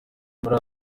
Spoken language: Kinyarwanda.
muri